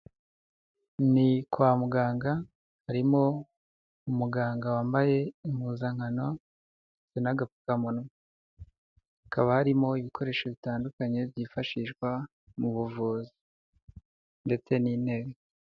Ni kwa muganga harimo umuganga wambaye impuzankano n'agapfukamunwa, hakaba harimo ibikoresho bitandukanye byifashishwa mu buvuzi ndetse n'inteko.